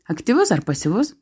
aktyvus ar pasyvus